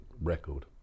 record